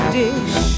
dish